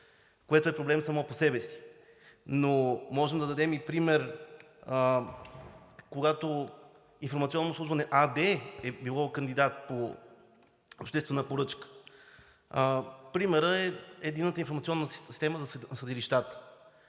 което е проблем само по себе си. Можем да дадем и пример, когато „Информационно обслужване“ АД е било кандидат по обществена поръчка. Примерът е единната информационна система за съдилищата.